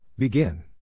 Begin